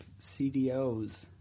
CDOs